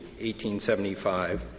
1875